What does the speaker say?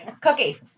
Cookie